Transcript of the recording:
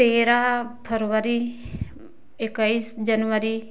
तेरह फरवरी इक्कीस जनवरी